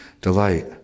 delight